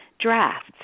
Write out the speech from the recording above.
drafts